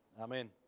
amen